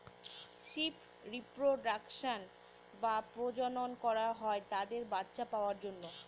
sheep reproduction বা প্রজনন করা হয় তাদের বাচ্চা পাওয়ার জন্য